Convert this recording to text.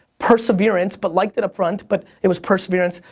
perseverance, but liked it up front but it was perseverance.